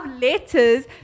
letters